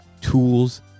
tools